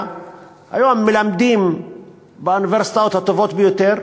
היום מלמדים באוניברסיטאות הטובות ביותר,